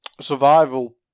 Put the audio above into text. survival